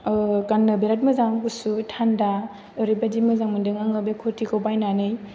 गाननो बिराद मोजां गुसु थान्दा ओरैबायदि मोजां मोनदों आङो बे कुरटिखौ बायनानै